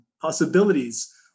possibilities